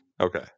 Okay